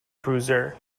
cruiser